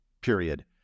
period